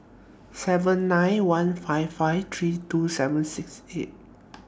seven nine one five five three two seven six eight